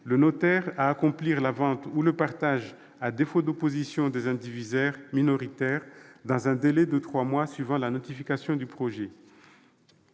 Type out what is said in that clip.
le notaire à accomplir la vente ou le partage à défaut d'opposition des indivisaires minoritaires dans un délai de trois mois suivant la notification du projet.